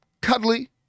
cuddly